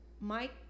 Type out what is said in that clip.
Mike